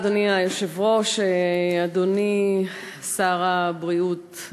אדוני היושב-ראש, תודה, אדוני שר הבריאות,